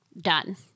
done